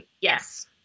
Yes